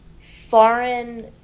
foreign